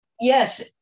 yes